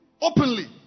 Openly